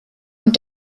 und